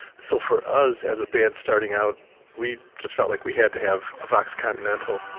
so for us as a band starting out we just felt like we had to have a vox continental